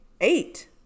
eight